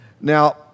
Now